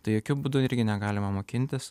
tai jokiu būdu irgi negalima mokintis